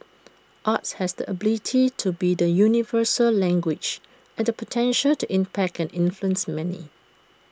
arts has the ability to be the universal language and the potential to impact and influence many